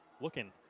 Looking